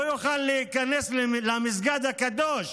לא יוכלו להיכנס למסגד הקדוש,